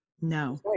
No